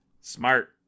smart